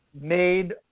made